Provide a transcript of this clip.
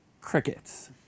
crickets